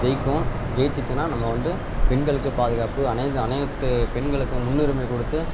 ஜெயிக்கும் ஜெயிச்சிச்சின்னால் நம்ம வந்து பெண்களுக்கு பாதுகாப்பு அனை அனைத்து பெண்களுக்கும் முன்னுரிமை கொடுத்து